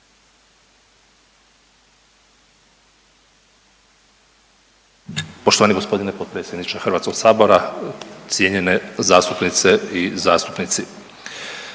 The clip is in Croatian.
Poštovani gospodine potpredsjedniče Hrvatskog sabora, cijenjene zastupnice i zastupnici,